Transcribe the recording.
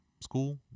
school